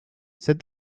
said